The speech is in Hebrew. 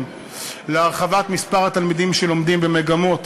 להרחבת מספר התלמידים שלומדים במגמות